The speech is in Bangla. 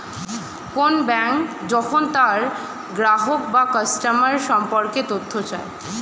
কোন ব্যাঙ্ক যখন তার গ্রাহক বা কাস্টমার সম্পর্কে তথ্য চায়